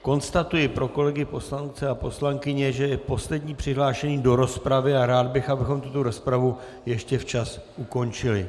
Konstatuji pro kolegy poslance a poslankyně, že je poslední přihlášený do rozpravy, a rád bych, abychom tuto rozpravu ještě včas ukončili.